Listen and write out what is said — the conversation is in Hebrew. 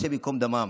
השם ייקום דמם.